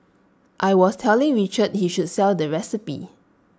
I was telling Richard he should sell the recipe